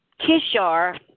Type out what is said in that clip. Kishar